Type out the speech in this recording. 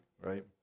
Right